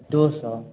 दो सौ